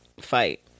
fight